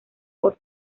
por